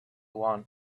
one